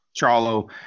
Charlo